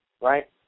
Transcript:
right